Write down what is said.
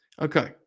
okay